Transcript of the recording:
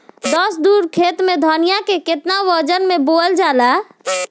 दस धुर खेत में धनिया के केतना वजन मे बोवल जाला?